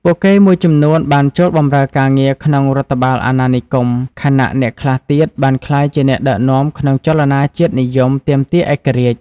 ពួកគេមួយចំនួនបានចូលបម្រើការងារក្នុងរដ្ឋបាលអាណានិគម ខណៈអ្នកខ្លះទៀតបានក្លាយជាអ្នកដឹកនាំក្នុងចលនាជាតិនិយមទាមទារឯករាជ្យ។